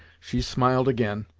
she smiled again,